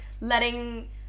letting